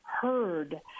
heard